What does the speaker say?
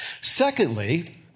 Secondly